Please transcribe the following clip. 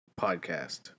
Podcast